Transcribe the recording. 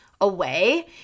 away